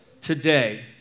today